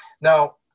now